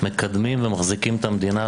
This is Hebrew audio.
מקדמים ומחזיקים את המדינה,